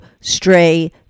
stray